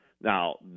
Now